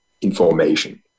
information